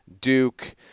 Duke